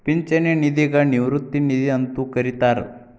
ಪಿಂಚಣಿ ನಿಧಿಗ ನಿವೃತ್ತಿ ನಿಧಿ ಅಂತೂ ಕರಿತಾರ